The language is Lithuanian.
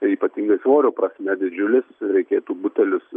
ir ypatingai svorio prasme didžiulis reikėtų butelius